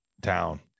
town